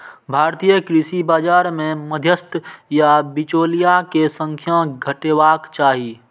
भारतीय कृषि बाजार मे मध्यस्थ या बिचौलिया के संख्या घटेबाक चाही